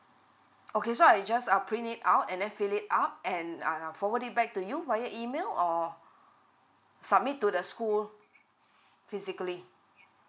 okay so I just err print it out and then fill it up and err forward it back to you via email or submit to the school physically